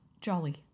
jolly